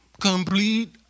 complete